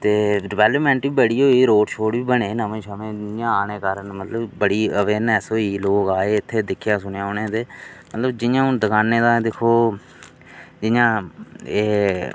ते डिवैल्पमैंट बी बड़ी होई रोड शोड़ बी बने नमें शमें इं'दे आने कारण मतलब बड़ी अवेर्यनैस्स होई लोग आए इत्थै दिक्खेआ सुनेआ उ'नें ते मतलब जि'यां हून दकानें दा दिक्खो जि'यां एह्